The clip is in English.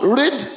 read